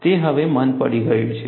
તે હવે મંદ પડી ગયું છે